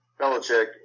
Belichick